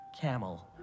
camel